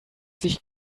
sich